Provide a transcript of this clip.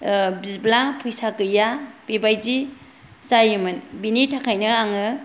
बिब्ला फैसा गैया बेबादि जायोमोन बिनि थाखायनो आङो